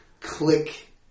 click